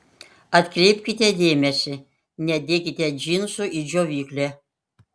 atkreipkite dėmesį nedėkite džinsų į džiovyklę